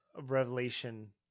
revelation